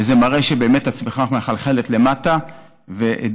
וזה מראה שבאמת הצמיחה מחלחלת למטה ודוחפת.